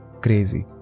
crazy